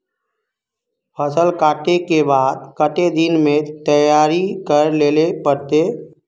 फसल कांटे के बाद कते दिन में तैयारी कर लेले पड़ते?